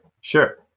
Sure